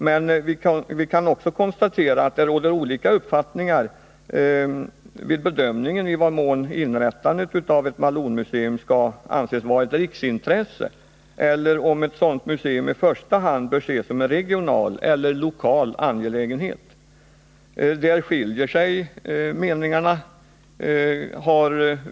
Men vi kan också konstatera att det råder olika uppfattningar vid bedömningen av i vad mån inrättandet av ett vallonmuseum skall anses vara ett riksintresse eller om ett sådant museum i första hand bör ses som en regional eller lokal angelägenhet. Där skiljer sig alltså meningarna åt.